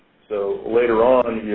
so later on,